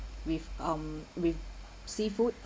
with um with seafood